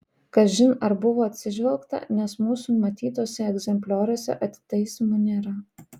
kažin ar buvo atsižvelgta nes mūsų matytuose egzemplioriuose atitaisymų nėra